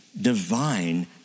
divine